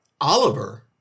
Oliver